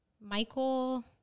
Michael